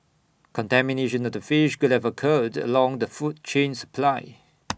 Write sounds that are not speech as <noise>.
contamination of the fish could have occurred along the food chain supply <noise>